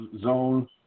Zone